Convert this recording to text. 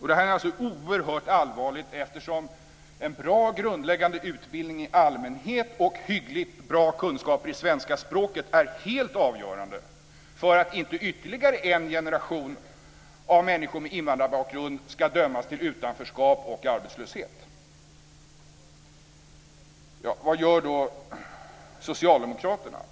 Det här är oerhört allvarligt, eftersom en bra grundläggande utbildning i allmänhet och hyggligt bra kunskaper i svenska språket är helt avgörande för att inte ytterligare en generation av människor med invandrarbakgrund ska dömas till utanförskap och arbetslöshet. Vad gör då socialdemokraterna?